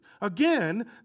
Again